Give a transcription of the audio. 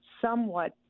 somewhat